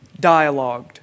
dialogued